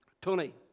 Tony